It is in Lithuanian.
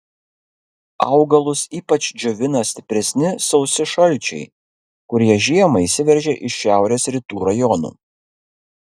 augalus ypač džiovina stipresni sausi šalčiai kurie žiemą įsiveržia iš šiaurės rytų rajonų